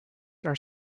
are